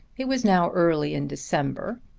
it was now early in december,